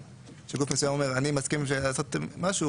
שגוף מסוים אומר: אני מסכים לעשות משהו,